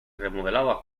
remodelado